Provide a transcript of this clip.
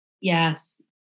Yes